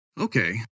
Okay